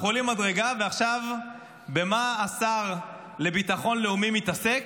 אנחנו עולים מדרגה ועכשיו במה השר לביטחון לאומי מתעסק?